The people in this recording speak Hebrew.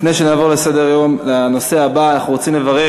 לפני שנעבור לנושא הבא אנחנו רוצים לברך